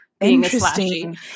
Interesting